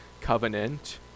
Covenant